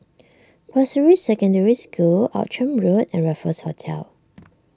Pasir Ris Secondary School Outram Road and Raffles Hotel